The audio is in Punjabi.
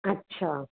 ਅੱਛਾ